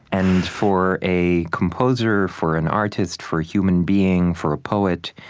and for a composer, for an artist, for a human being, for a poet,